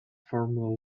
formula